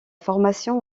formation